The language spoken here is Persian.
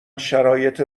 شرایط